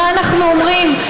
מה אנחנו אומרים,